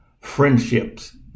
Friendships